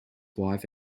wife